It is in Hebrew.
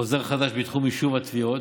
חוזר חדש בתחום יישוב התביעות,